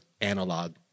analog